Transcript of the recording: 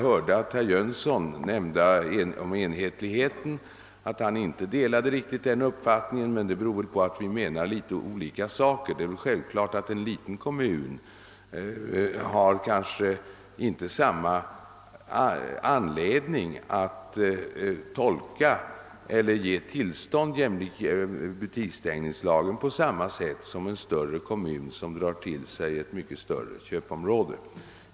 Herr Jönsson i Arlöv delar inte uppfattningen om enhetligheten, men det beror nog på att vi menar olika saker. En liten kommun har kanske inte anledning att ge tillstånd jämlikt butiksstängningslagen på samma sätt som en större kommun, som drar till sig köpare i ett mycket större område.